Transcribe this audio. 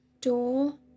door